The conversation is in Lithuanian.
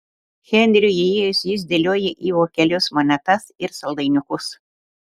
henriui įėjus jis dėliojo į vokelius monetas ir saldainiukus